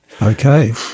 Okay